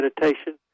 meditation